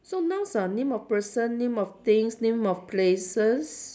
so nouns are name of person name of things name of places